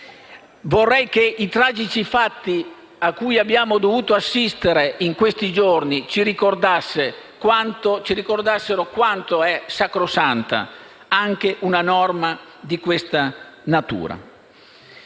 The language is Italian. Vorrei che i tragici fatti a cui abbiamo dovuto assistere in questi giorni ci ricordassero quanto è sacrosanta anche una norma di questa natura.